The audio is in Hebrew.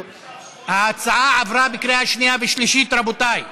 ההצעה עברה בקריאה שנייה ושלישית, רבותי.